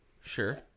sure